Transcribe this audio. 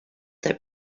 that